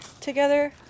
together